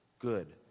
Good